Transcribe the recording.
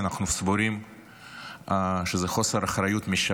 אנחנו סבורים שזה חוסר אחריות משווע